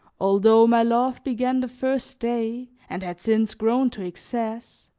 although my love began the first day and had since grown to excess,